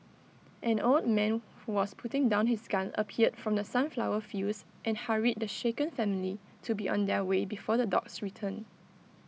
an old man who was putting down his gun appeared from the sunflower fields and hurried the shaken family to be on their way before the dogs return